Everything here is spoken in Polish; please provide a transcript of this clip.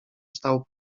stał